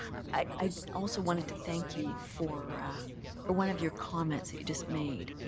i also wanted to thank you for ah for one of your comments that you just made.